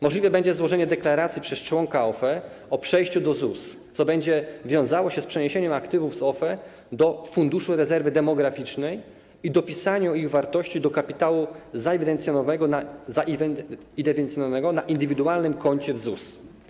Możliwe będzie złożenie deklaracji przez członka OFE o przejściu do ZUS, co będzie wiązało się z przeniesieniem aktywów z OFE do Funduszu Rezerwy Demograficznej i dopisaniem ich wartości do kapitału zaewidencjonowanego na indywidualnym koncie w ZUS.